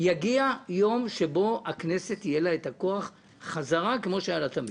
יגיע יום שבו לכנסת יהיה את הכוח חזרה כמו שהיה לה תמיד,